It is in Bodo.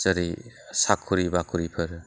जेरै साख्रि बाख्रिफोर